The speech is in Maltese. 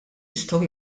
jistgħu